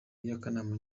y’akanama